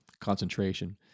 concentration